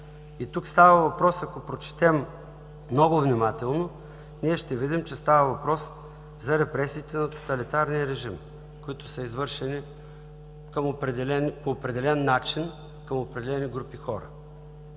кого са извършени. Ако прочетем много внимателно, ние ще видим, че става въпрос за репресиите на тоталитарния режим, които са извършени по определен начин към определени групи хора.